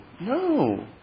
no